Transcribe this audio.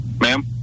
Ma'am